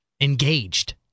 engaged